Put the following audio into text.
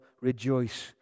rejoice